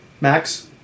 Max